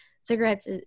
cigarettes